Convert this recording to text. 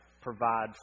provide